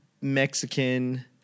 Mexican –